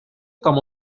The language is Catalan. com